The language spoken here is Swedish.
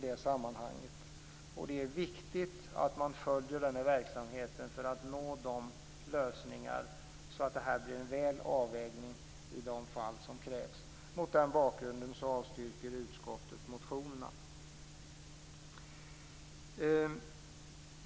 Det är viktigt att man följer den här verksamheten för att nå fram till lösningar som innebär en tillfredsställande avvägning. Mot den bakgrunden avstyrker utskottet motionerna.